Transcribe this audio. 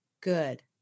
good